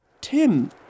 Tim